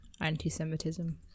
Anti-Semitism